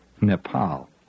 Nepal